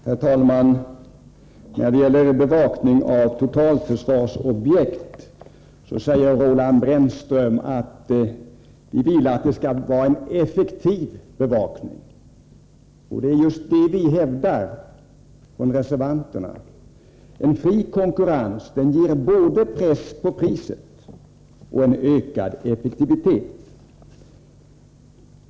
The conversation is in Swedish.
Herr talman! När det gäller bevakningen av totalförsvarsobjekt sade Roland Brännström att det skall vara en effektiv bevakning. Det är just detta vi reservanter hävdar. En fri konkurrens ger både press på priset och en ökad effektivitet.